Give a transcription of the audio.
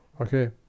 Okay